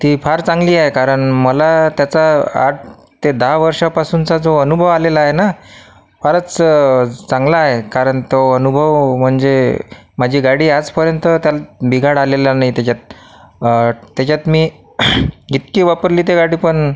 ती फार चांगली आहे कारण मला त्याचा आठ ते दहा वर्षापासूनचा जो अनुभव आलेला आहे ना फारच चांगला आहे कारण तो अनुभव म्हणजे माझी गाडी आजपर्यंत त्यात बिघाड आलेला नाही त्याच्यात त्याच्यात मी इतकी वापरली ते गाडी पण